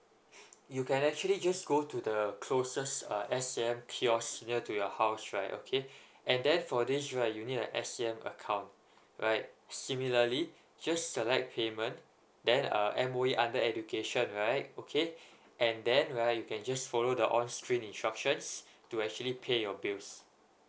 you can actually just go to the closest uh s a m kiosk near to your house right okay and then for this right you need a s a m account right similarly just select payment then uh M_O_E under education right okay and then right you can just follow the on screen instructions to actually pay your bills